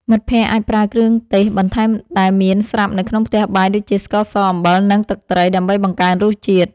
មិត្តភក្តិអាចប្រើប្រាស់គ្រឿងទេសបន្ថែមដែលមានស្រាប់នៅក្នុងផ្ទះបាយដូចជា ស្ករស អំបិល និងទឹកត្រី ដើម្បីបង្កើនរសជាតិ។